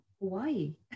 Hawaii